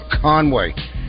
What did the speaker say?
Conway